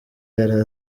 yari